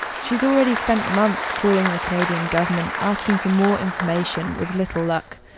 she's already spent months calling the canadian government asking for more information with little luck.